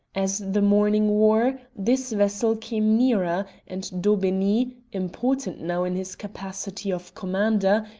as the morning wore, this vessel came nearer, and daubeney, important now in his capacity of commander,